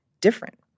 different